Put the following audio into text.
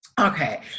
Okay